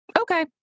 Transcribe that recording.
okay